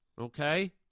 okay